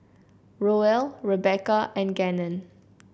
Roel Rebecca and Gannon